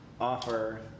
offer